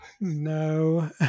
No